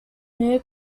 new